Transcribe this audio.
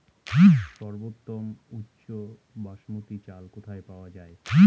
সর্বোওম উচ্চ বাসমতী চাল কোথায় পওয়া যাবে?